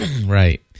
Right